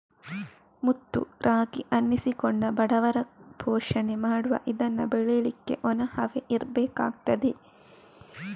ಮುತ್ತು ರಾಗಿ ಅನ್ನಿಸಿಕೊಂಡ ಬಡವರ ಪೋಷಣೆ ಮಾಡುವ ಇದನ್ನ ಬೆಳೀಲಿಕ್ಕೆ ಒಣ ಹವೆ ಇರ್ಬೇಕಾಗ್ತದೆ